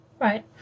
Right